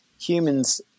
humans